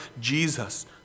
Jesus